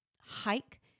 hike